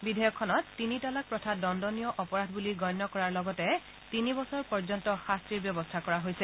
বিধেয়কখনত তিনি তালাক প্ৰথা দণ্ডনীয় অপৰাধ বুলি গণ্য কৰাৰ লগতে তিনি বছৰ পৰ্যন্ত শাস্তিৰ ব্যৱস্থা কৰা হৈছে